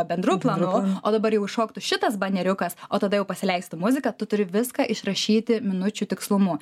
bendru planu o dabar jau iššoktų šitas baneriukas o tada jau pasileistų muzika tu turi viską išrašyti minučių tikslumu